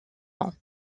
ans